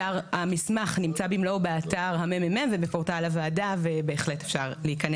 המסמך נמצא במלואו באתר ה-ממ"מ ובפורטל הוועדה ובהחלט אפשר להיכנס.